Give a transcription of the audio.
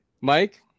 Mike